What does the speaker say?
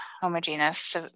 homogeneous